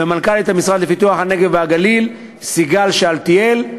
ומנכ"לית למשרד לפיתוח הנגב והגליל, סיגל שאלתיאל.